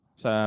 sa